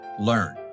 learn